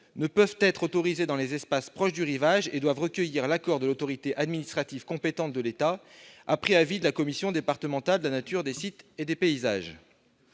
ne peuvent être autorisées dans les espaces proches du rivage et doivent recueillir l'accord de l'autorité administrative compétente de l'État, après avis de la commission départementale de la nature, des paysages et des sites.